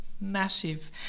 massive